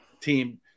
team